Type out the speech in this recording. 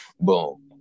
boom